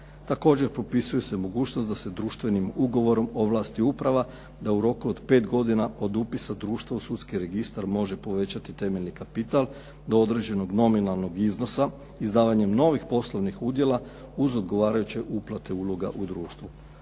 Također, propisuju se mogućnost da se društvenim ugovorom ovlasti uprava da u roku od pet godina od upisa društva u sudski registar može povećati temeljni kapital do određenog nominalnog iznosa izdavanjem novih poslovnih udjela uz odgovarajuće uplate uloga u društvo.